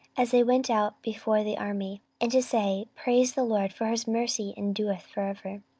as they went out before the army, and to say, praise the lord for his mercy endureth for ever.